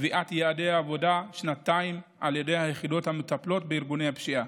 קביעת יעדי עבודה שנתיים על ידי היחידות המטפלות בארגוני פשיעה,